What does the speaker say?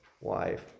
wife